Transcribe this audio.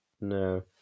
no